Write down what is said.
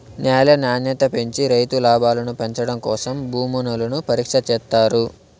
న్యాల నాణ్యత పెంచి రైతు లాభాలను పెంచడం కోసం భూములను పరీక్ష చేత్తారు